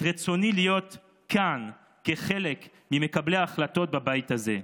רצוני להיות כאן כחלק ממקבלי ההחלטות בבית הזה.